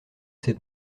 ses